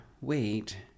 wait